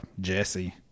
Jesse